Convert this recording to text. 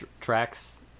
tracks